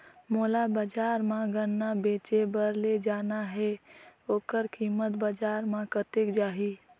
मोला बजार मां गन्ना बेचे बार ले जाना हे ओकर कीमत बजार मां कतेक जाही?